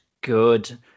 good